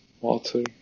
water